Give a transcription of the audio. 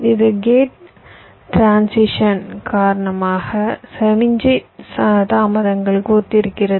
இது gate transition காரணமாக சமிக்ஞை தாமதங்களுக்கு ஒத்திருக்கிறது